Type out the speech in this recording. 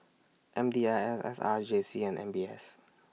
M D I S S R J C and M B S